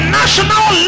national